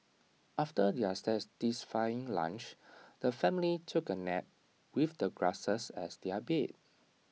after their satisfying lunch the family took A nap with the grasses as their bed